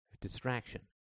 distraction